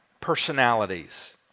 personalities